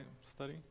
study